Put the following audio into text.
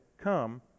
come